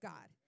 God